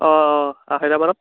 অঁ অঁ আহৈটামানত